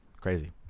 Crazy